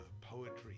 poetry